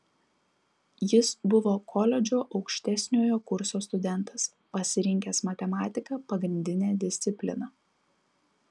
jis buvo koledžo aukštesniojo kurso studentas pasirinkęs matematiką pagrindine disciplina